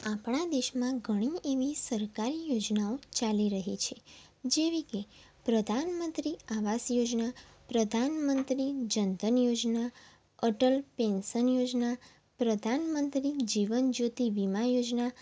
આપણા દેશમાં ઘણી એવી સરકારી યોજનાઓ ચાલી રહી છે જેવી કે પ્રધાનમંત્રી આવાસ યોજના પ્રધાનમંત્રી જન ધન યોજના અટલ પેન્સન યોજના પ્રધાનમંત્રી જીવનજ્યોતિ વીમા યોજના